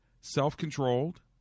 Self-controlled